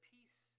Peace